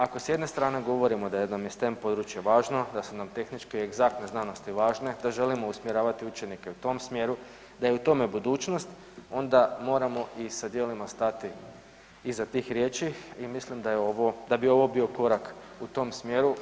Ako s jedne strane govorimo da nam je stem područje važno, da su nam tehničke egzaktne znanosti važne, da želimo usmjeravati učenike u tom smjeru, da je u tome budućnost, onda moramo i sa djelima stati iza tih riječi i mislim da je ovo, da bi ovo bio korak u tom smjeru.